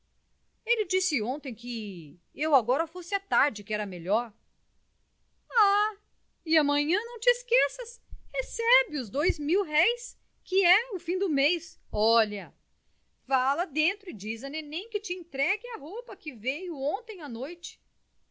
ele disse ontem que eu agora fosse à tarde que era melhor ah e amanhã não te esqueças recebe os dois mil-réis que é fim do mês olha vai lá dentro e diz a nenen que te entregue a roupa que veio ontem à noite